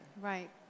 Right